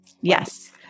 Yes